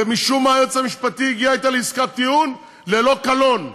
ומשום מה היועץ המשפטי הגיע אתה לעסקת טיעון ללא קלון.